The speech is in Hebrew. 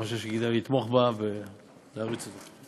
ואני חושב שכדאי לתמוך בה ולהריץ אותה.